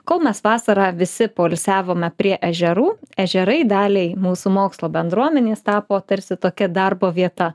kol mes vasarą visi poilsiavome prie ežerų ežerai daliai mūsų mokslo bendruomenės tapo tarsi tokia darbo vieta